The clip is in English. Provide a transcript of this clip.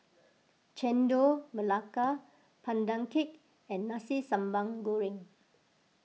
Chendol Melaka Pandan Cake and Nasi Sambal Goreng